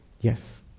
Yes